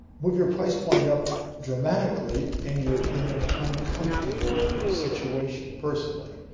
move your price point up dramatically and you're in an uncomfortable situation personally.